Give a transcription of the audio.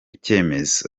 cyemezo